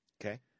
Okay